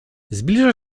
zbliża